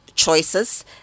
Choices